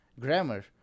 grammar